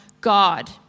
God